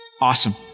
awesome